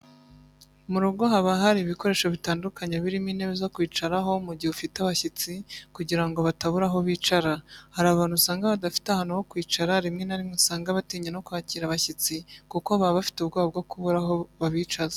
Mu rugo haba hari ibikoresho bitandukanye birimo intebe zo kwicaraho mu gihe ufite abashyitsi kugira ngo batabura aho bicara. Hari abantu usanga badafite ahantu ho kwicara rimwe na rimwe usanga batinya no kwakira abashyitsi kuko baba bafite ubwoba bwo kubura aho babicaza.